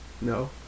No